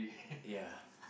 ya